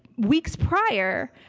weeks prior,